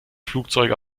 flugzeuge